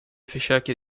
försöker